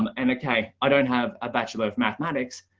um and okay, i don't have a bachelor of mathematics.